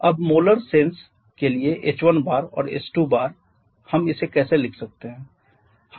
अब molar sense के लिए h1और h2 हम इसे कैसे लिख सकते हैं